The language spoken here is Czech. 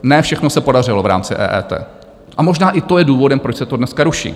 Ne všechno se podařilo v rámci EET a možná i to je důvodem, proč se to dneska ruší.